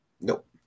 Nope